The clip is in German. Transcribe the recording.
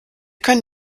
können